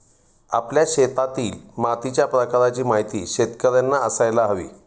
आपल्या शेतातील मातीच्या प्रकाराची माहिती शेतकर्यांना असायला हवी